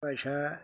ਭਾਸ਼ਾ